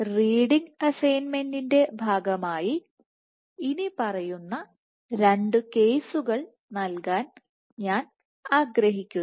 reading അസൈൻമെന്റിന്റെ ഭാഗമായി ഇനി പറയുന്ന രണ്ട് കേസുകൾ നൽകാൻ ഞാൻ ആഗ്രഹിക്കുന്നു